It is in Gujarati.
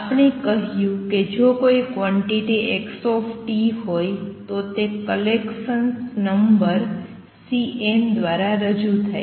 આપણે કહ્યું કે જો કોઈ ક્વોંટીટી x હોય તો તે કલેકસન્સ નંબર Cn દ્વારા રજૂ થાય છે